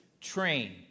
train